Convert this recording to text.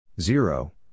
zero